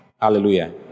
Hallelujah